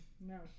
no